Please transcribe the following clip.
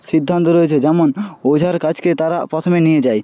সিদ্ধান্ত রয়েছে যেমন ওঝার কাছকে তারা প্রথমে নিয়ে যায়